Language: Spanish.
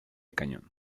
cañón